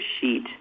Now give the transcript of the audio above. sheet